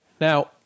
Now